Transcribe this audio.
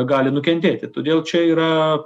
gali nukentėti todėl čia yra